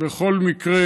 בכל מקרה,